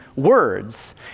words